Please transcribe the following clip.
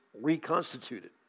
reconstituted